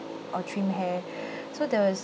or trim hair so there was